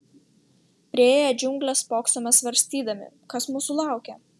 priėję džiungles spoksome svarstydami kas mūsų laukia